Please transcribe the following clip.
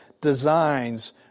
designs